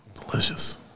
Delicious